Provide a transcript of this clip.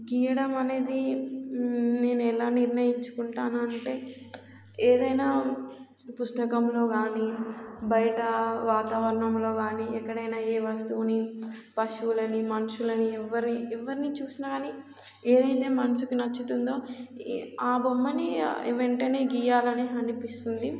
గీయడం అనేది నేను ఎలా నిర్ణయించుకుంటాను అంటే ఏదైనా పుస్తకంలో కానీ బయట వాతావరణంలో కానీ ఎక్కడైనా ఏ వస్తువుని పశువులని మనుషులని ఎవ్వరిని ఎవ్వరిని చూసినా కానీ ఏదైతే మనసుకి నచ్చుతుందో ఆ బొమ్మని వెంటనే గీయాలని అనిపిస్తుంది